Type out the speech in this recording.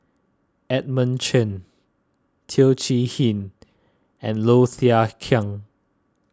Edmund Chen Teo Chee Hean and Low Thia Khiang